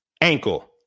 Ankle